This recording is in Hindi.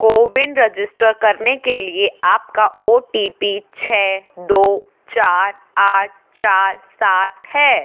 कोविन रजिस्टर करने के लिए आपका ओ टी पी छः दो चार आठ चार सात है